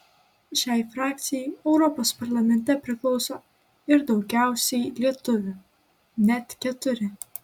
šiai frakcijai europos parlamente priklauso ir daugiausiai lietuvių net keturi